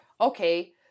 Okay